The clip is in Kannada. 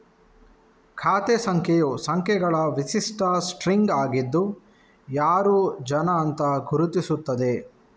ಖಾತೆ ಸಂಖ್ಯೆಯು ಸಂಖ್ಯೆಗಳ ವಿಶಿಷ್ಟ ಸ್ಟ್ರಿಂಗ್ ಆಗಿದ್ದು ಯಾರು ಜನ ಅಂತ ಗುರುತಿಸ್ತದೆ